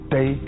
Day